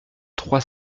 trois